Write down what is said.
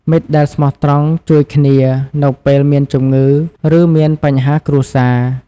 មិត្តដែលស្មោះត្រង់ជួយគ្នា នៅពេលមានជម្ងឺ ឬមានបញ្ហាគ្រួសារ។